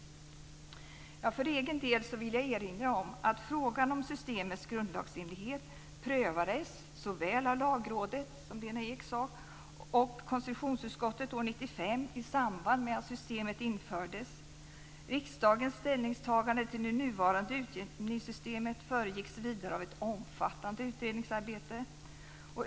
För egen del vill jag erinra om att frågan om systemets grundlagsenlighet prövades såväl av Lagrådet, som Lena Ek sade, och av konstitutionsutskottet år 1995 i samband med att systemet infördes. Riksdagens ställningstagande till det nuvarande utjämningssystemet föregicks vidare av ett omfattande utredningsarbete.